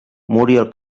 muriel